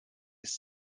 ist